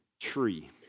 tree